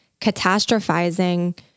catastrophizing